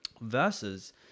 versus